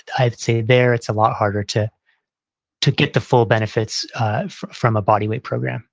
i'd say there it's a lot harder to to get the full benefits from a body weight program